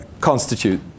constitute